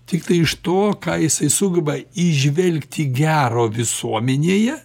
tiktai iš to ką jisai sugeba įžvelgti gero visuomenėje